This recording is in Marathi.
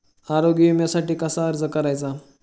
आरोग्य विम्यासाठी कसा अर्ज करायचा?